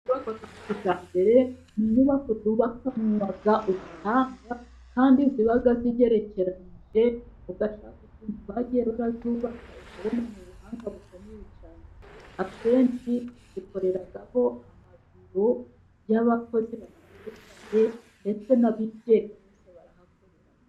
Inyubako za kijyambere ni inyubako zubakanwa ubuhanga. Kandi ziba zigerekeranije ugashaka ukuntu bagiye bazubaka ukabona n'ubuhanga bukomeye cyane. Akenshi zikorerwamo amabiro y'abakozi batandukanye , ndetse n'abigenga bose barahakorera.